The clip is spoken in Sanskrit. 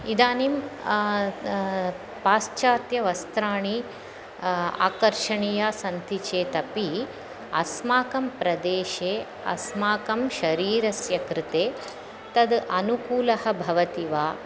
इदानीं पाश्चात्यवस्राणि आकर्षणीया सन्ति चेत् अपि अस्माकं प्रदेशे अस्माकं शरीरस्य कृते तद् अनुकूलः भवति वा